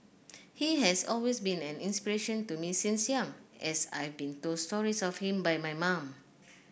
he has always been an inspiration to me since young as I've been told stories of him by my mum